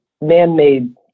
man-made